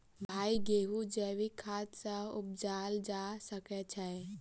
भाई गेंहूँ जैविक खाद सँ उपजाल जा सकै छैय?